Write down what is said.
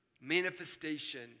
manifestation